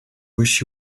wish